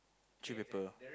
three paper